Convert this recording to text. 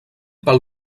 pel